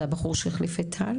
זה הבחור שהחליף את טל?